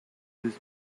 this